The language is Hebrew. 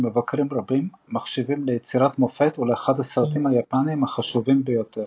שמבקרים רבים מחשיבים ליצירת מופת ולאחד הסרטים היפנים החשובים ביותר.